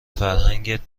فرهنگت